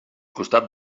costat